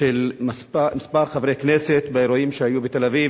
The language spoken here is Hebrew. של כמה חברי כנסת באירועים שהיו בתל-אביב